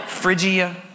Phrygia